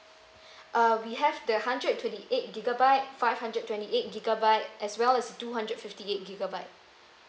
uh we have the hundred and twenty eight gigabyte five hundred twenty eight gigabyte as well as two hundred fifty eight gigabyte